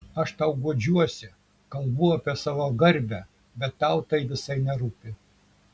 aš tau guodžiuosi kalbu apie savo garbę bet tau tai visai nerūpi